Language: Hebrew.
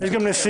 יש גם נשיאות.